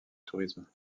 tourisme